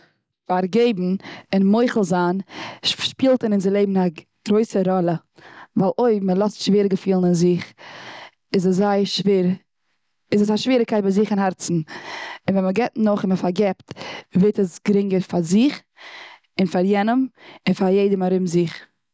פארגעבן און מוחל זיין שפילט און אונזער לעבן א גרויסע ראלע. ווייל אויב מ'לאזט שוועריקייטן און זיך איז עס זייער, איז עס א שוועריקייט ביי זיך און הארצן. און ווען מ'גיבט נאך און מ'פארגיבט ווערט עס גרינגער פאר, זיך און פאר יענעם, און פאר יעדעם ארום זיך.